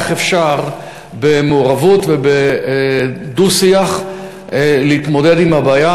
איך אפשר במעורבות ובדו-שיח להתמודד עם הבעיה.